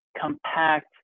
compact